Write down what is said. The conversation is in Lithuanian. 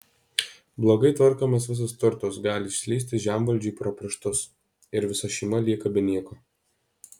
blogai tvarkomas visas turtas gali išslysti žemvaldžiui pro pirštus ir visa šeima lieka be nieko